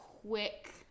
Quick